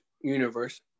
Universe